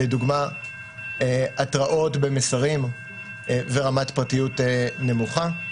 לדוגמה התראות במסרים ורמת פרטיות נמוכה;